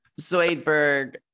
Zoidberg